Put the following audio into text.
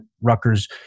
Rutgers